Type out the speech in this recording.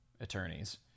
attorneys